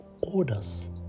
orders